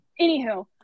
anywho